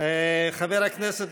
חבר הכנסת